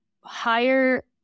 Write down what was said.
higher